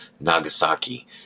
Nagasaki